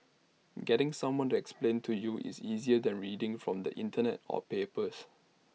getting someone to explain to you is easier than reading from the Internet or papers